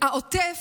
העוטף,